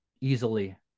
easily